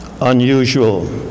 unusual